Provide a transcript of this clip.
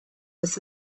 das